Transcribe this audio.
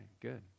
good